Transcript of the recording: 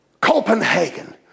Copenhagen